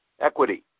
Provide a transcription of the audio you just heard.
equity